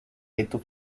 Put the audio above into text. reto